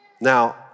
Now